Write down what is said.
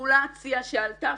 רגולציה שעלתה,